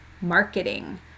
Marketing